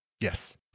Yes